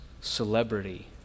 celebrity